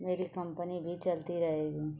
मेरी कम्पनी भी चलती रहेगी